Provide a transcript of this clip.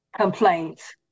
complaints